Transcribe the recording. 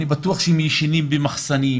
אני בטוח שהם ישנים במחסנים,